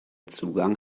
zugang